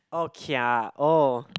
oh kia ah oh